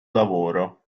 lavoro